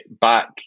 back